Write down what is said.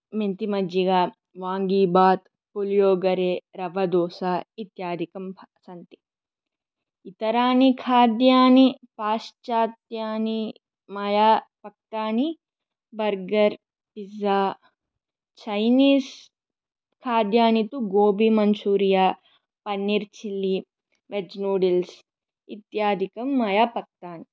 मिन्तिमज्जीरा वाङ्गीबात् पुलीयोगरे रव्वादोसा इत्यादिकं सन्ति इतराणि खाद्यानि पाश्चात्यानि मया पक्वानि र्गर् पीज़्ज़ा चैनिज्खाद्यानि तु गोबीमञ्चुरिया पन्नीर्चिल्लि वेज्नूडल्स् इत्यादिकं मया पक्वानि